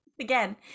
Again